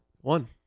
One